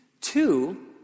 Two